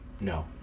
No